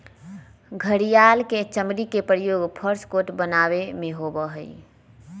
घड़ियाल के चमड़ी के प्रयोग पर्स कोट बनावे में होबा हई